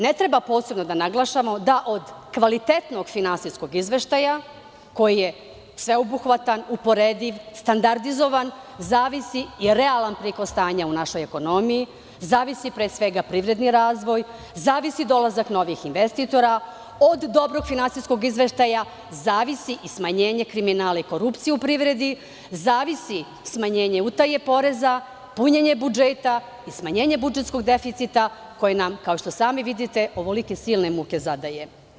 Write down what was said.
Ne treba posebno da naglašavamo da od kvalitetnog finansijskog izveštaja koji je sveobuhvatan, uporediv, standardizovan, zavisi i realan prihod stanja u našoj ekonomiji, zavisi pre svega privredni razvoj, zavisi dolazak novih investitora, od dobrog finansijskog izveštaja zavisi i smanjenje kriminala i korupcije u privredi, zavisi smanjenje utaje poreza, punjenje budžeta i smanjenje budžetskog deficita, koji nam, kao što sami vidite, ovolike silne muke zadaje.